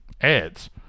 ads